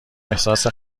احساس